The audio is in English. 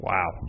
Wow